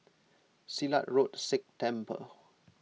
Silat Road Sikh Temple